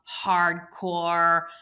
hardcore